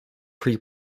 pre